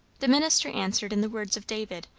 the minister answered in the words of david,